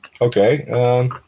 okay